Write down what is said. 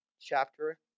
chapter